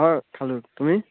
অঁ খালোঁ তুমি